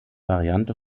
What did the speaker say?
variante